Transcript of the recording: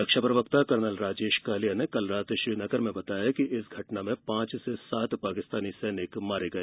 रक्षा प्रवक्ता कर्नल राजेश कालिया ने कल रात श्रीनगर में बताया कि इस घटना में पांच से सात पाकिस्तानी सैनिक मारे गए